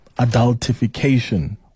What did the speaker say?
adultification